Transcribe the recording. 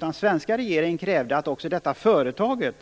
Den svenska regeringen krävde dessutom att detta företag också